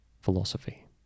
philosophy